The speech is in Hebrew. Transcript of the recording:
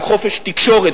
עם חופש תקשורת,